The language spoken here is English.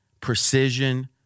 precision